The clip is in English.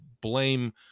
blame